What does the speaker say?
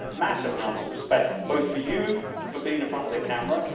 massive amounts of respect. both for you for being in front of the camera,